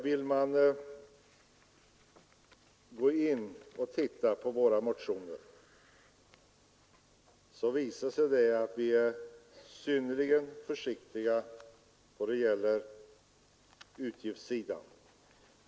Om man tittar på våra motioner finner man att vi är synnerligen försiktiga då det gäller utgiftssidan.